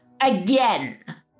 Again